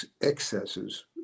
Excesses